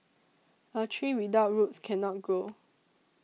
a tree without roots cannot grow